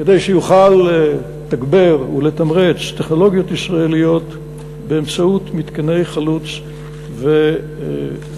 כדי שיוכל לתגבר ולתמרץ טכנולוגיות ישראליות באמצעות מתקני חלוץ והדגמה.